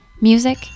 Music